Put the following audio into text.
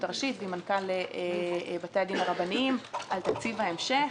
הראשית ועם מנכ"ל בתי הדין הרבניים על תקציב ההמשך.